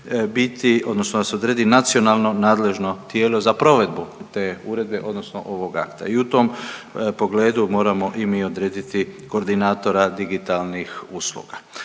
odnosno da se odredi nacionalno nadležno tijelo za provedbu te uredbe odnosno ovog akta i u tom pogledu moramo i mi odrediti koordinatora digitalnih usluga.